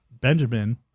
benjamin